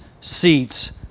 seats